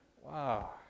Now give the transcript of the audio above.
Wow